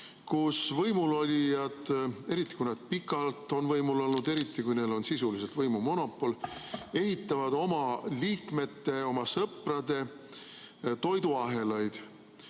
et võimulolijad, eriti kui nad on pikalt võimul olnud, eriti kui neil on sisuliselt võimumonopol, ehitavad oma liikmete, oma sõprade toiduahelaid